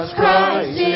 Christ